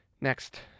next